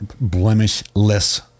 blemishless